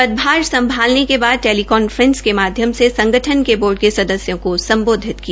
पदभार संभालने के बाद टेली कॉफ्रेसिंग के माध्यम से संगठन के बोर्ड के सदस्यों को सम्बोधित किया